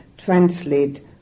Translate